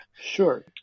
Sure